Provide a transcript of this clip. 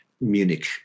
Munich